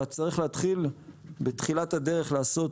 אלא צריך להתחיל בתחילת הדרך לעשות